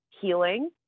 healing